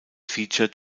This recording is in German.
feature